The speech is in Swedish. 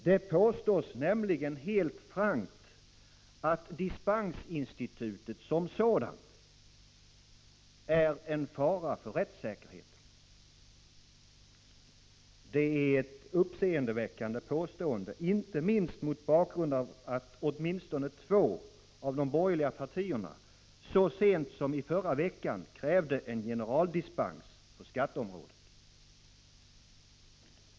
Där påstås det nämligen helt frankt, att dispensinstitutet som sådant är en fara för rättssäkerheten. Det är ett uppseendeväckande påstående, inte minst mot bakgrund av att åtminstone två av de borgerliga partierna så sent som i förra veckan krävde en generaldispens på skatteområdet.